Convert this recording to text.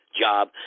job